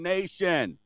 Nation